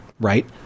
Right